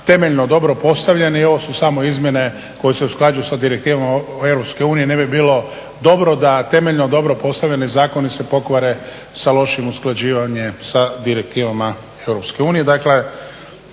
temeljno dobro postavljeni i ovo su samo izmjene koje se usklađuju sa direktivama EU. Ne bi bilo dobro da temeljno dobro postavljeni zakoni se pokvare sa lošim usklađivanje sa direktivama EU.